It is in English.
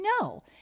No